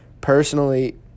personally